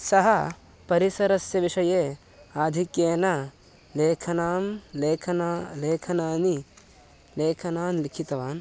सः परिसरस्य विषये आधिक्येन लेखनं लेखनानि लेखनानि लेखान् लिखितवान्